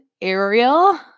Ariel